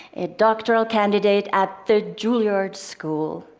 a doctoral candidate at the juilliard school,